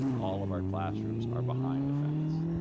all of our classrooms are behind a fence.